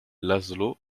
lászló